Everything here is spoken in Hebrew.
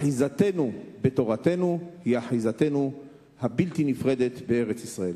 אחיזתנו בתורתנו היא אחיזתנו הבלתי-נפרדת בארץ-ישראל.